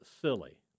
silly